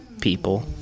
People